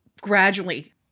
gradually